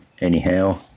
Anyhow